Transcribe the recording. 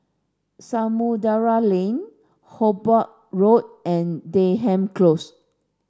Samudera Lane Hobart Road and Denham Close